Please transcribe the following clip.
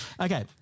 Okay